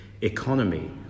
economy